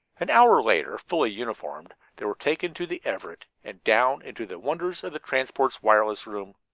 an hour later, fully uniformed, they were taken to the everett and down into the wonders of the transport's wireless room,